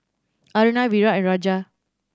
Aruna Virat and Raja